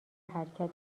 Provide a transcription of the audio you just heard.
حرکت